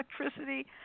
electricity